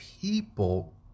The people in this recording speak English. people